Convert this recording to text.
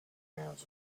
terms